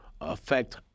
affect